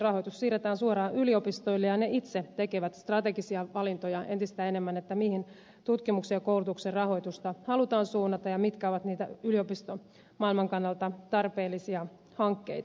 rahoitus siirretään suoraan yliopistoille ja ne itse tekevät strategisia valintoja entistä enemmän siinä mihin tutkimuksen ja koulutuksen rahoitusta halutaan suunnata ja mitkä ovat niitä yliopistomaailman kannalta tarpeellisia hankkeita